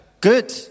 Good